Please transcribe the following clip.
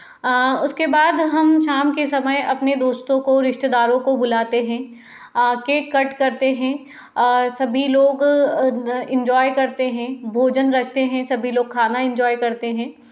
उसके बाद हम शाम के समय अपने दोस्तों को रिश्तेदारों को बुलाते हैं केक कट करते हैं और सभी लोग एन्जॉय करते हैं भोजन करते हैं सभी लोग खाना एन्जॉय करते हैं